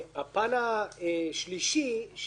הפן השלישי שיש פה,